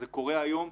זה קורה היום,